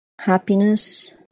happiness